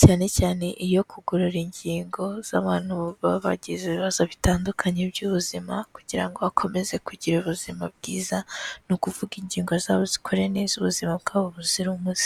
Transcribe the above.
cyane cyane iyo kugorora ingingo z'abantu baba bagize ibibazo bitandukanye by'ubuzima kugira ngo bakomeze kugira ubuzima bwiza, ni ukuvuga ingingo zabo zikore neza, ubuzima bwabo buzira umuze.